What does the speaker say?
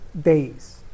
days